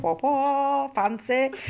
fancy